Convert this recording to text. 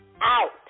out